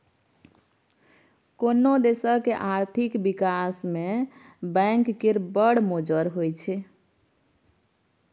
कोनो देशक आर्थिक बिकास मे बैंक केर बड़ मोजर होइ छै